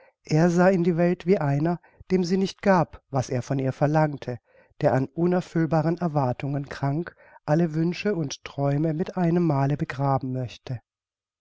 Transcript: er sah in die welt wie einer dem sie nicht gab was er von ihr verlangte der an unerfüllbaren erwartungen krank alle wünsche und träume mit einemmale begraben möchte